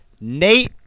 Nate